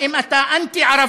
מנגד, אם אתה אנטי-ערבי,